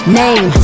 name